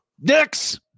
next